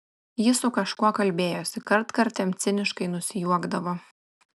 ji su kažkuo kalbėjosi kartkartėm ciniškai nusijuokdavo